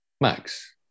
Max